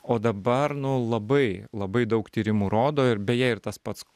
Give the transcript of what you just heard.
o dabar nu labai labai daug tyrimų rodo ir beje ir tas pats